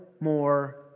more